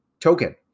Token